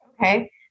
Okay